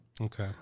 Okay